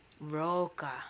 Roca